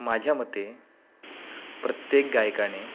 माझ्या मते प्रत्येक गायकाने